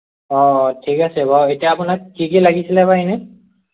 অ' অ' ঠিক আছে বাও এতিয়া আপোনাক কি কি লাগিছিল বাও এনে